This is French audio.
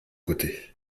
côté